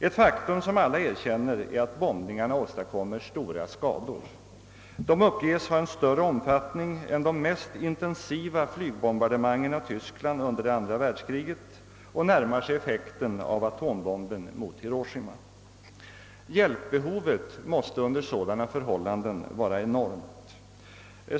Ett faktum som alla erkänner är att bombningarna åstadkommer stora skador. De uppges ha större omfattning än de mest intensiva flygbombardemangen av Tyskland under det andra världskriget och närmar sig effekten av atombomben mot Hiroshima. Hjälpbehovet måste under sådana förhållanden vara enormt.